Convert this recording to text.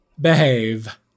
behave